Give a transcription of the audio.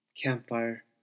Campfire